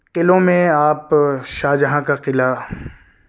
قلعوں میں آپ شاہ جہاں کا قلعہ